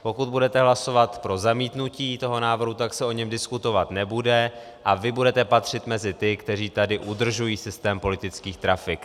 Pokud budete hlasovat pro zamítnutí toho návrhu, tak se o něm diskutovat nebude a vy budete patřit mezi ty, kteří tady udržují systém politických trafik.